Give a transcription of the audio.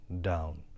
down